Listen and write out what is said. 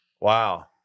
Wow